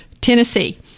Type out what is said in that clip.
tennessee